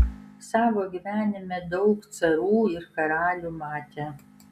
savo gyvenime daug carų ir karalių matė